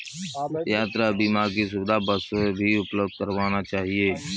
यात्रा बीमा की सुविधा बसों भी उपलब्ध करवाना चहिये